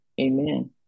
Amen